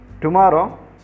Tomorrow